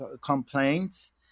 complaints